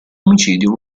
omicidio